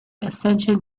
ascension